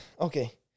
Okay